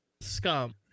Scum